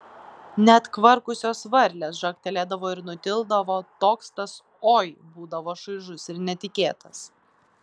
net kvarkusios varlės žagtelėdavo ir nutildavo toks tas oi būdavo šaižus ir netikėtas